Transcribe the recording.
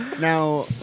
Now